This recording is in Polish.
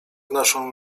naszą